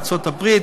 ארצות-הברית,